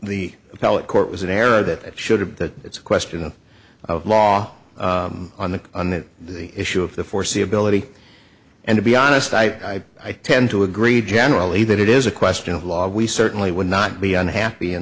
appellate court was an error that should have that it's a question of law on the on the issue of the foreseeability and to be honest i i tend to agree generally that it is a question of law we certainly would not be unhappy in